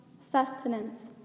sustenance